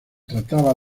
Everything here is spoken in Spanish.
trataba